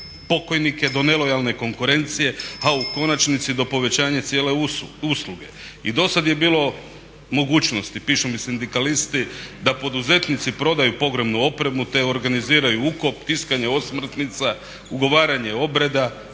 pokojnike, do nelojalne konkurencije, a u konačnici do povećanja cijele usluge. I dosad je bilo mogućnosti, pišu mi sindikalisti da poduzetnici prodaju pogrebnu opremu te organiziraju ukop, tiskanje osmrtnica, ugovaranje obreda,